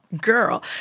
Girl